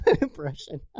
impression